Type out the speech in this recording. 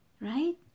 right